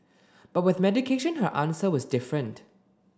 but with medication her answer was different